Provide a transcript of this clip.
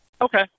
Okay